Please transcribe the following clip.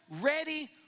ready